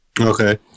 Okay